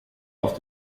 auf